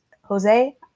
Jose